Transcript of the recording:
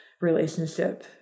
relationship